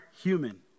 human